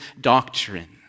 doctrine